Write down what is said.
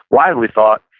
wildly thought,